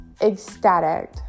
ecstatic